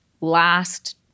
last